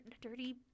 Dirty